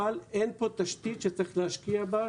אבל אין פה תשתית שצריך להשקיע בה,